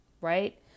Right